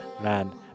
Man